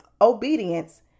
obedience